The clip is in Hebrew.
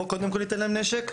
בואו קודם כל ניתן להם נשק,